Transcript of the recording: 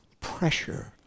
pressure